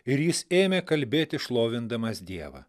ir jis ėmė kalbėti šlovindamas dievą